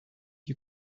you